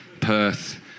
Perth